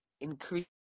increase